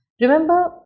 Remember